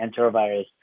enterovirus